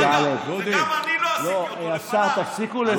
אתה לא יודע מה זה, איזה מכרז.